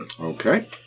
Okay